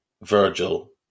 Virgil